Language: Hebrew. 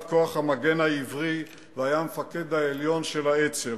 כוח המגן העברי והיה המפקד העליון של האצ"ל,